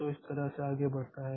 तो इस तरह से यह आगे बढ़ता है